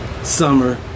Summer